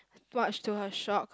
what's to her shock